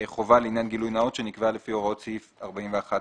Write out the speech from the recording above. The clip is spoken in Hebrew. חובה לעניין גילוי נאות שנקבעה לפי הוראות סעיף 41(ב).